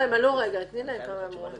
אם הוא מיוזמתו באופן ברור, גם אין לנו בעיה.